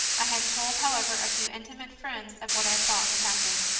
i had told, however, a few intimate friends of what i thought would happen.